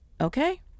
Okay